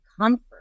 comfort